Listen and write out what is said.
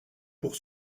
pour